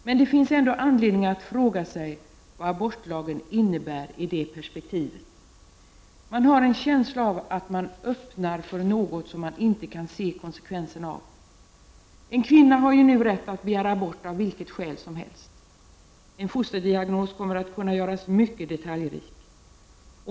Men det finns ändå anledning att fråga vad abortlagen innebär i detta perspektiv. Jag har en känsla av att man öppnar för något man inte kan se konsekvenserna av. En kvinna har nu rätt att begära abort av vilket skäl som helst. En fosterdiagnos kommer att kunna göras mycket detaljrik.